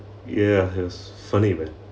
ya it was funny man